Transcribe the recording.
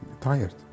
Tired